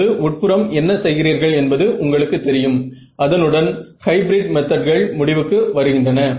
இரண்டு முறைகளும் சமமான முடிவுகளையே கொடுக்கின்றன